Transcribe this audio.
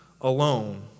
alone